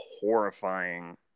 horrifying